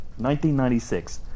1996